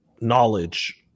knowledge